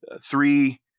three